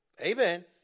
Amen